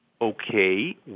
okay